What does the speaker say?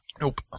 Nope